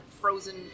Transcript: frozen